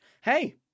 hey